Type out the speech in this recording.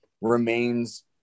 remains